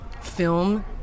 film